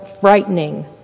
frightening